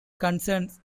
concerns